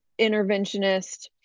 interventionist